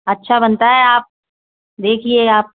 अच्छा बनता है आप देखिए आप